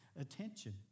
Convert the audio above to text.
attention